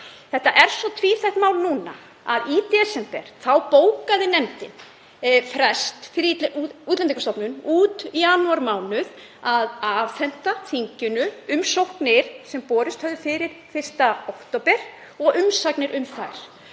Þetta er svo tvíþætt mál að í desember bókaði nefndin frest fyrir Útlendingastofnun út janúarmánuð til að afhenda þinginu umsóknir sem borist höfðu fyrir 1. október og umsagnir um þær.